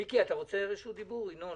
מיקי לוי, אתה רוצה רשות דיבור במליאה?